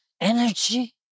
energy